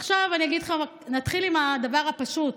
עכשיו נתחיל עם הדבר הפשוט,